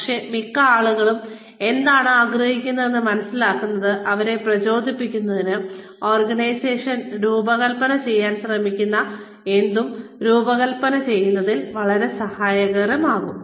പക്ഷേ മിക്ക ആളുകളും എന്താണ് ആഗ്രഹിക്കുന്നതെന്ന് മനസിലാക്കുന്നത് അവരെ പ്രചോദിപ്പിക്കുന്നതിന് ഓർഗനൈസേഷൻ രൂപകൽപ്പന ചെയ്യാൻ ശ്രമിക്കുന്ന എന്തും രൂപകൽപ്പന ചെയ്യുന്നതിൽ വളരെ സഹായകമാകും